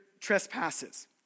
trespasses